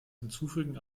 hinzufügen